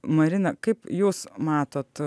marina kaip jūs matot